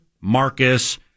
Marcus